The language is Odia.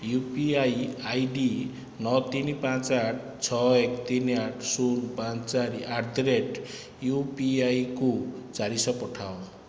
ୟୁପିଆଇ ଆଇଡି ନଅ ତିନି ପାଞ୍ଚ ଆଠ ଛଅ ଏକ ତିନି ଆଠ ଶୂନ ପାଞ୍ଚ ଚାରି ଆଟ୍ ଦି ରେଟ ୟୁପିଆଇକୁ ଚାରିଶହ ପଠାଅ